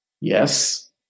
Yes